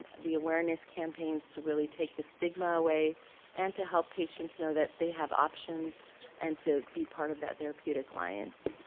the awareness campaigns to really take the stigma away and to help patients know that they have options and to be part of that therapeutic alliance.